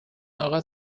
eurer